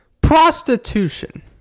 prostitution